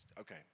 Okay